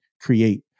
create